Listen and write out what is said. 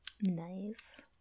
nice